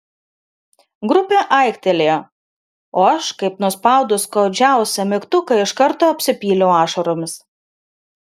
grupė aiktelėjo o aš kaip nuspaudus skaudžiausią mygtuką iš karto apsipyliau ašaromis